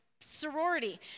sorority